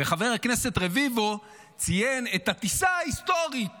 חבר הכנסת רביבו ציין את הטיסה ההיסטורית